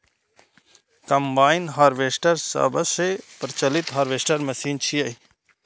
combine harvester सबसं प्रचलित harvester machine छियै